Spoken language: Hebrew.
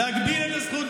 אתה מגביל את הזכות.